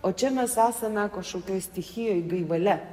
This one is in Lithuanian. o čia mes esame kažkokioj stichijoj gaivale